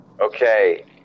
Okay